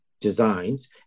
designs